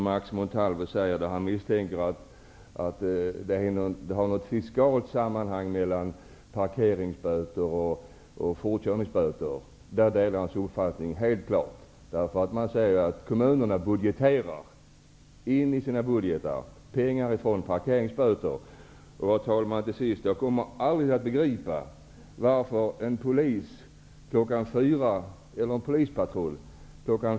Max Montalvo misstänkte slutligen att det skulle finnas något fiskalt samband vad gäller parkeringsböter och fortkörningsböter. På den punkten delar jag helt klart hans uppfattning. Kommunerna räknar i sina budgetar in pengar från parkeringsböter. Herr talman! Låt mig till sist säga att jag aldrig kommer att begripa varför en polispatrull kl.